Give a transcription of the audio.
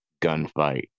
gunfight